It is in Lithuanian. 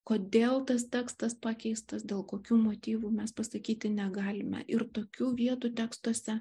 kodėl tas tekstas pakeistas dėl kokių motyvų mes pasakyti negalime ir tokių vietų tekstuose